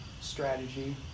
strategy